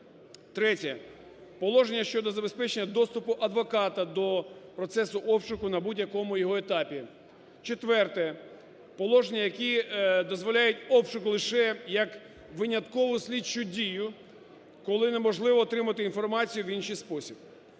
Третє. Положення щодо забезпечення доступу адвоката до процесу обшуку на будь-якому його етапі. Четверте. Положення, які дозволяють обшук лише як виняткову слідчу дію, коли неможливо отримати інформацію в інший спосіб.